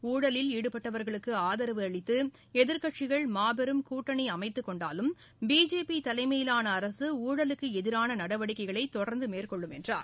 ஊழலில் ஈடுபட்டவா்களுக்கு் ஆதரவு அளித்து எதிர்க்கட்சிகள் மாபெரும் கூட்டணி அமைத்துக் கொண்டாலும் பிஜேபி தலைமையிவாள அரசு ஊழலுக்கு எதிரான நடவடிக்கைகளை தொடா்ந்து மேற்கொள்ளும் என்றார்